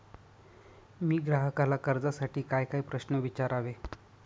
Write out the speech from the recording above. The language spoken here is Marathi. मी ग्राहकाला कर्जासाठी कायकाय प्रश्न विचारावे?